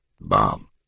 bomb